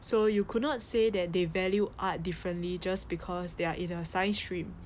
so you could not say that they value art differently just because they are in a science stream